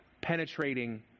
penetrating